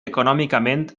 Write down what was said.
econòmicament